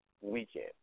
Weekend